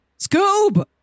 Scoob